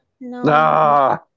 No